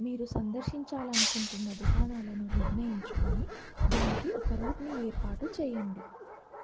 మీరు సందర్శించాలి అనుకుంటున్న దుకాణాలను నిర్ణయించుకొని దానికి ఒక రూట్ని ఏర్పాటు చేయండి